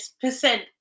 percent